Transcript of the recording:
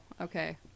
okay